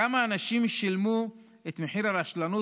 כמה אנשים שילמו את מחיר הרשלנות